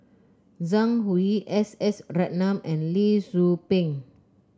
Zhang Hui S S Ratnam and Lee Tzu Pheng